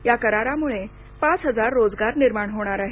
या करारामुळे पाच हजार रोजगार निर्माण होणार आहेत